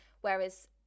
Whereas